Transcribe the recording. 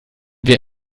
wir